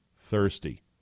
thirsty